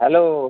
hello